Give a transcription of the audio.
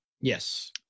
Yes